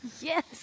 Yes